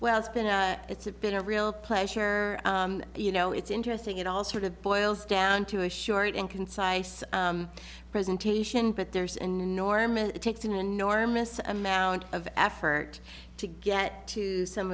well it's been a it's been a real pleasure you know it's interesting it all sort of boils down to a short and concise presentation but there's enormous it takes an enormous amount of effort to get to some